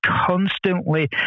constantly